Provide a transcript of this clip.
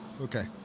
Okay